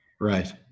Right